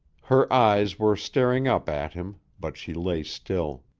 her eyes were staring up at him, but she lay still.